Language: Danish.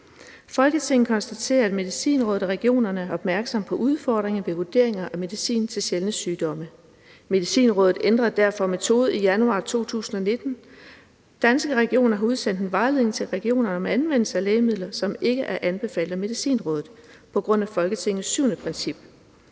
Folketinget konstaterer, at Medicinrådet og regionerne er opmærksomme på udfordringerne ved vurderinger af medicin til sjældne sygdomme. Medicinrådet ændrede derfor metode i januar 2019. Danske Regioner har udsendt en vejledning til regionerne om anvendelse af lægemidler, som ikke er anbefalet af Medicinrådet, på baggrund af Folketingets syvende princip.